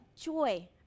joy